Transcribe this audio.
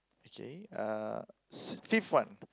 okay uh fifth one